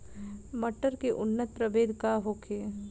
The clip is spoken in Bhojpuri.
मटर के उन्नत प्रभेद का होखे?